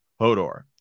Hodor